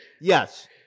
Yes